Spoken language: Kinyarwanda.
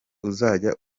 uzajya